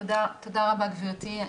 תודה רבה גבירתי.